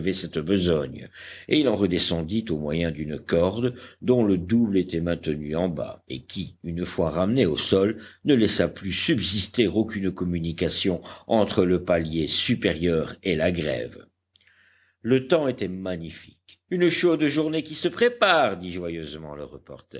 cette besogne et il en redescendit au moyen d'une corde dont le double était maintenu en bas et qui une fois ramenée au sol ne laissa plus subsister aucune communication entre le palier supérieur et la grève le temps était magnifique une chaude journée qui se prépare dit joyeusement le reporter